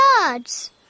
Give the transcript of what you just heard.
birds